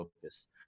focus